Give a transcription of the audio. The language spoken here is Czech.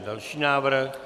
Další návrh.